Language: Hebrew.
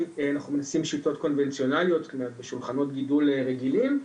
אנחנו מנסים שיטות קונבנציונאליות כמו שולחנות גידול רגילים,